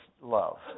love